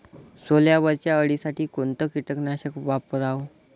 सोल्यावरच्या अळीसाठी कोनतं कीटकनाशक वापराव?